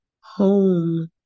home